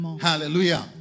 Hallelujah